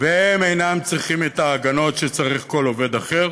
והם אינם צריכים את ההגנות שצריך כל עובד אחר,